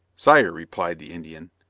sire, replied the indian,